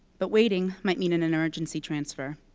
but waiting might mean an emergency transfer.